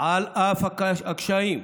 על אף הקשיים,